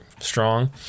strong